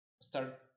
start